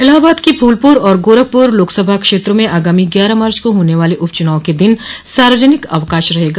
इलाहाबाद की फूलपुर और गोरखपुर लोकसभा क्षेत्रों में आगामी ग्यारह मार्च को होने वाले उपचुनाव के दिन सार्वजनिक अवकाश रहेगा